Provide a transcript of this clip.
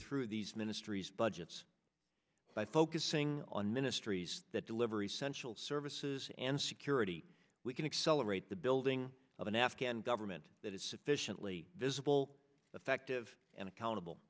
through these ministries budgets by focusing on ministries that deliver essential services and security we can accelerate the building of an afghan government that is sufficiently visible effective and accountable